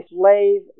slave